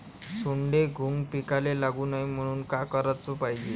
सोंडे, घुंग पिकाले लागू नये म्हनून का कराच पायजे?